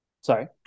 Sorry